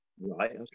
Right